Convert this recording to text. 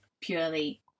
purely